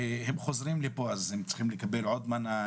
שהם חוזרים לפה אז הם צריכים לקבל עוד מנה,